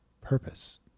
purpose